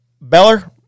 Beller